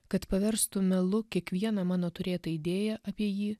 kad paverstų melu kiekvieną mano turėtą idėją apie jį